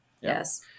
Yes